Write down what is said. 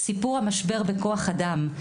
סיפור המשבר בכוח אדם,